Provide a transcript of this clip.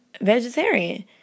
vegetarian